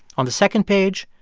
on the second page,